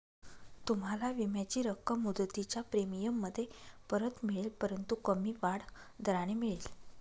तुम्हाला विम्याची रक्कम मुदतीच्या प्रीमियममध्ये परत मिळेल परंतु कमी वाढ दराने मिळेल